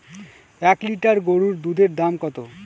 এক লিটার গরুর দুধের দাম কত?